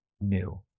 new